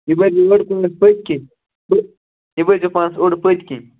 یہِ بٔرۍزِ ٲٹھ کۅینٛٹل پٔتۍ کِنۍ ہیٚلو یہِ بٔرۍزیٚو پانَس اوٚڑ پٔتۍ کِنۍ